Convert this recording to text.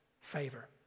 favor